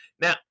Now